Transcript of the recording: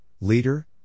leader